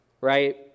right